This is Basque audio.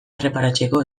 erreparatzeko